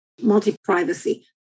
multi-privacy